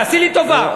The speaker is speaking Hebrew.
תעשי לי טובה,